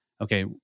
okay